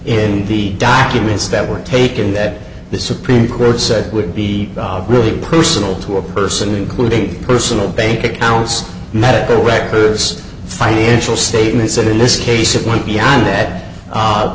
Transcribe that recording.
in the documents that were taken that the supreme court said would be really personal to a person including personal bank accounts medical records financial statements and in this case a point beyond that